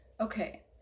okay